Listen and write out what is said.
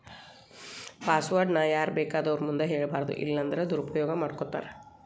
password ನ ಯಾರ್ಬೇಕಾದೊರ್ ಮುಂದ ಹೆಳ್ಬಾರದು ಇಲ್ಲನ್ದ್ರ ದುರುಪಯೊಗ ಮಾಡ್ಕೊತಾರ